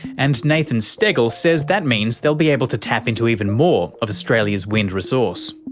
and nathan steggel says that means they'll be able to tap into even more of australia's wind resource.